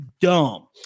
dumb